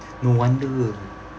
no wonder